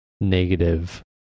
negative